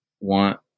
want